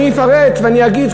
אני אפרט ואגיד,